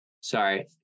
Sorry